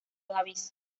davis